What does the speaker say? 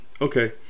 Okay